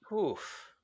Oof